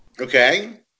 Okay